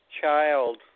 child